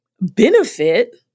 benefit